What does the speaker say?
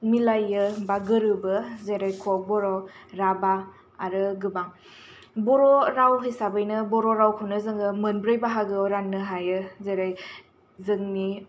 मिलायो बा गोरोबो जेरै कक बरक राभा आरो गोबां बर' राव हिसाबैनो बर' रावखौ जोङो मोनब्रै बाहागोयाव राननो हायो जेरै जोंनि